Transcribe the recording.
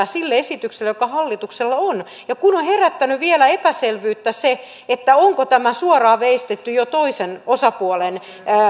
sille esitykselle joka hallituksella on kun on herättänyt vielä epäselvyyttä se onko tämä suoraan veistetty jo toisen osapuolen